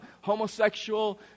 homosexual